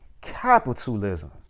Capitalism